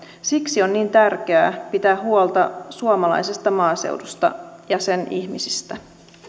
siksi on niin tärkeää pitää huolta suomalaisesta maaseudusta ja sen ihmisistä